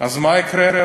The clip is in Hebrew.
אז מה יקרה?